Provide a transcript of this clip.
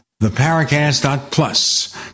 theparacast.plus